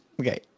Okay